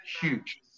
huge